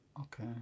Okay